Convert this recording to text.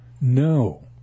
No